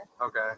Okay